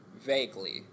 Vaguely